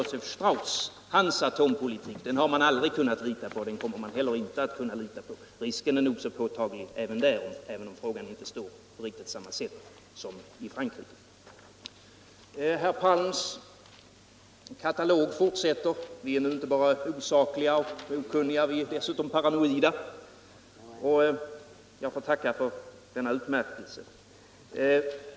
Och herr Franz Josef Strauss” atompolitik har man aldrig kunnat lita på och kommer inte heller att kunna göra det. Risken är nog så påtaglig även där, även om inte riktigt samma förhållande råder som i Frankrike. Herr Palms uppräkning fortsätter. Vi är nu inte bara osakliga och okunniga, vi är dessutom paranoida. Jag får tacka för denna utmärkelse.